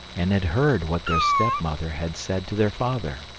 and had heard what their step-mother had said to their father.